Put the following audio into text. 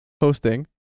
hosting